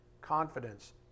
confidence